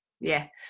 Yes